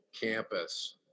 Campus